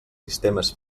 sistemes